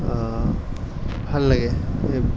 ভাল লাগে